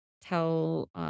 tell